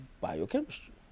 biochemistry